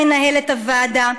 מנהלת הוועדה,